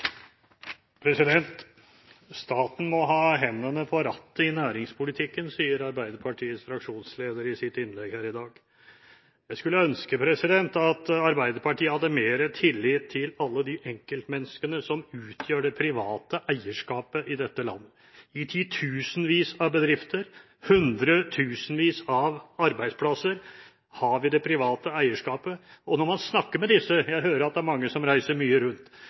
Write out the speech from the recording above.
Staten må ha hendene på rattet i næringspolitikken, sier Arbeiderpartiets fraksjonsleder i sitt innlegg her i dag. Jeg skulle ønske at Arbeiderpartiet hadde mer tillit til alle de enkeltmenneskene som utgjør det private eierskapet i dette landet. I titusenvis av bedrifter med hundretusenvis av arbeidsplasser har vi det private eierskapet, og når man snakker med disse – jeg hører at det er mange som reiser mye rundt